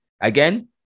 Again